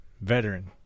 veteran